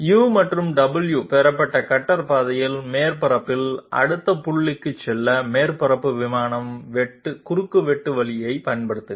u மற்றும் w பெறப்பட்ட cutter பாதையில் மேற்பரப்பில் அடுத்த புள்ளிக்குச் செல்ல மேற்பரப்பு விமான குறுக்குவெட்டு வழிமுறையைப் பயன்படுத்துங்கள்